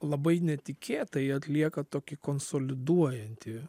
labai netikėtai atlieka tokį konsoliduojantį